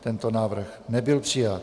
Tento návrh nebyl přijat.